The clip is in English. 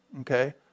Okay